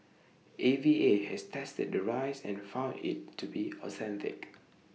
A V A has tested the rice and found IT to be authentic